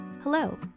Hello